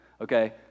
Okay